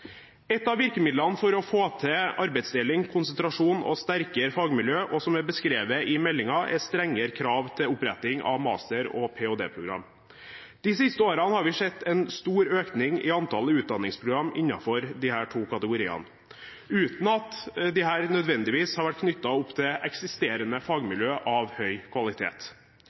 Et av virkemidlene for å få til arbeidsdeling, konsentrasjon og sterkere fagmiljøer, og som er beskrevet i meldingen, er strengere krav til oppretting av master- og PhD-programmer. De siste årene har vi sett en stor økning i antallet utdanningsprogrammer innenfor disse to kategoriene, uten at disse nødvendigvis har vært knyttet opp til eksisterende